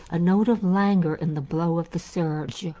a note of languor in the blow of the surge.